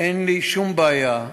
אין לי שום בעיה.